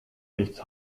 nichts